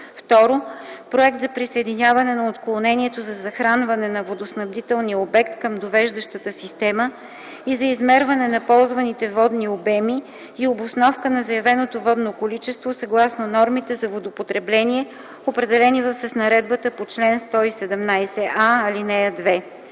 2. проект за присъединяване на отклонението за захранване на водоснабдявания обект към довеждащата система и за измерване на ползваните водни обеми и обосновка на заявеното водно количество съгласно нормите за водопотребление, определени с наредбата по чл. 117а, ал. 2.